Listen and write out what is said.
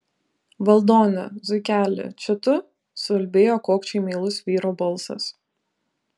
valdone zuikeli čia tu suulbėjo kokčiai meilus vyro balsas